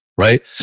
right